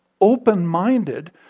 open-minded